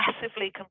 massively